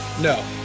No